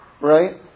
right